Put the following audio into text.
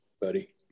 buddy